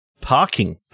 parking